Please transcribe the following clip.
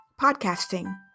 podcasting